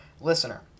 listener